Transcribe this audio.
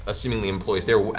ah seemingly employees. they are